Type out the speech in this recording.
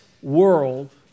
world